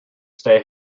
stay